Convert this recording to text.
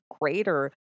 greater